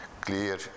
clear